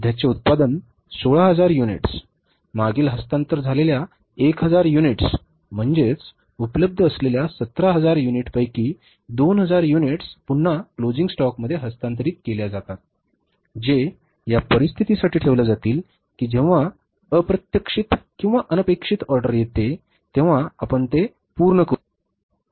सध्याचे उत्पादन 16000 युनिट्स मागील हस्तांतर झालेल्या 1000 युनिट्स म्हणजे उपलब्ध असलेल्या 17000 युनिटपैकी 2000 युनिट्स पुन्हा क्लोजिंग स्टॉकमध्ये हस्तांतरित केल्या जातात जे या परिस्थितीसाठी ठेवल्या जातील की जेव्हा अप्रत्याशित किंवा अनपेक्षित ऑर्डर येते तेव्हा आपण ते पूर्ण करू शकू